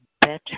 better